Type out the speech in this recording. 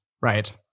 Right